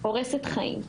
הורסת חיים,